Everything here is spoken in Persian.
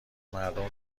مردم